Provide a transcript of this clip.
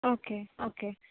okay okay